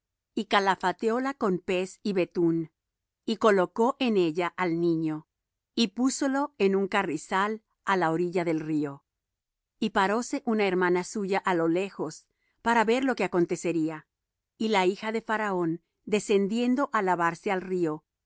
y calafateóla con pez y betún y colocó en ella al niño y púsolo en un carrizal á la orilla del río y paróse una hermana suya á lo lejos para ver lo que le acontecería y la hija de faraón descendió á lavarse al río